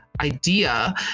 idea